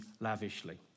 lavishly